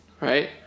right